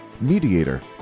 mediator